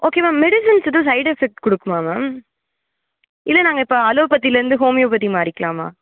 okay ma'am medicines எதுவும் side effects கொடுக்குமா ma'am இல்லை நாங்கள் இப்போ அலோபதிலேருந்து ஹோமியோபதி மாறிக்கலாமா